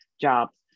jobs